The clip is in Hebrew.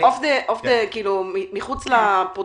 מחוץ לנושא